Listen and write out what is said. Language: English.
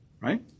Right